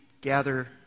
gather